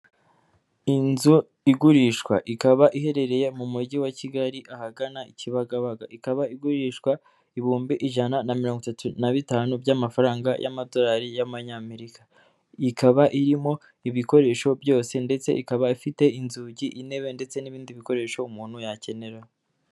Inzu igurishwa ikaba iherereye mu mujyi wa Kigali ahagana i Kibagabaga, ikaba igurishwa ibihumbi ijana na mirongo itatu na bitanu by'amafaranga y'Amadolari y'Amanyamerika, ikaba irimo ibikoresho byose ndetse ikaba ifite inzugi, intebe ndetse n'ibindi bikoresho umuntu yakenera.